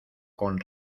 con